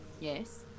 Yes